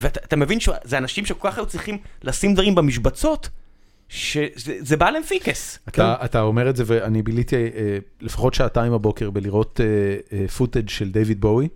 ואתה מבין שזה אנשים שככה הם צריכים לשים דברים במשבצות? שזה בעל אינפיקס. אתה אומר את זה ואני ביליתי לפחות שעתיים בבוקר בלראות פוטאג' של דויד בואי.